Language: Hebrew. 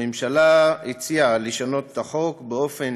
הממשלה הציעה לשנות את החוק באופן